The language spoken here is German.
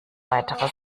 weitere